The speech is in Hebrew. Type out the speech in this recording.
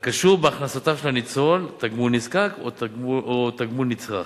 הקשור בהכנסותיו של הניצול: "תגמול נזקק" או "תגמול נצרך".